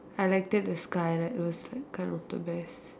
highlighted the skylight it was like kind of the best